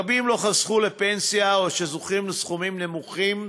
רבים לא חסכו לפנסיה או זוכים לסכומים נמוכים,